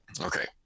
Okay